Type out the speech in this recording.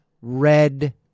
Red